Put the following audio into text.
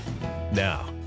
Now